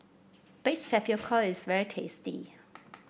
Baked Tapioca is very tasty